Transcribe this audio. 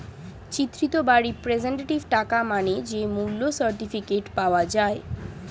চিত্রিত বা রিপ্রেজেন্টেটিভ টাকা মানে যে মূল্য সার্টিফিকেট পাওয়া যায়